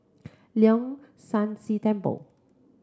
Leong San See Temple